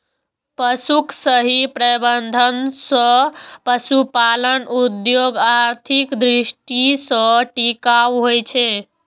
पशुक सही प्रबंधन सं पशुपालन उद्योग आर्थिक दृष्टि सं टिकाऊ होइ छै